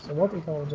what we call